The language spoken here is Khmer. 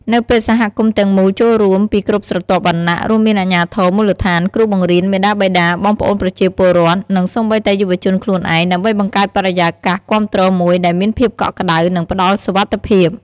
នៅពេលសហគមន៍ទាំងមូលចូលរួម ពីគ្រប់ស្រទាប់វណ្ណៈ រួមមានអាជ្ញាធរមូលដ្ឋាន គ្រូបង្រៀន មាតាបិតា បងប្អូនប្រជាពលរដ្ឋ និងសូម្បីតែយុវជនខ្លួនឯង ដើម្បីបង្កើតបរិយាកាសគាំទ្រមួយ ដែលមានភាពកក់ក្តៅ និងផ្តល់សុវត្ថិភាព។